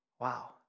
wow